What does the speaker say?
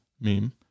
meme